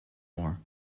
more